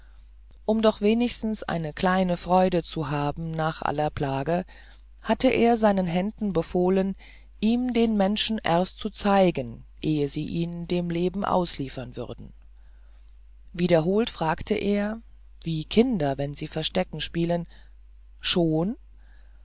um doch wenigstens eine kleine freude zu haben nach aller plage hatte er seinen händen befohlen ihm den menschen erst zu zeigen ehe sie ihn dem leben ausliefern würden wiederholt fragte er wie kinder wenn sie verstecken spielen schon